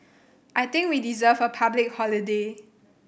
I think we deserve a public holiday